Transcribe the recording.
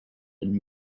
and